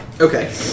Okay